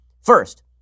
First